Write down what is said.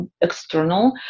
external